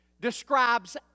describes